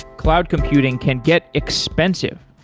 cloud computing can get expensive.